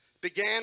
began